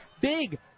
big